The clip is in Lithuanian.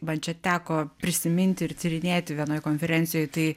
man čia teko prisiminti ir tyrinėti vienoj konferencijoj tai